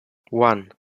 one